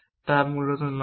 তা মূলত নয়